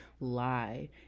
lie